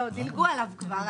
דילגו עליו כבר.